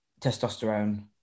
testosterone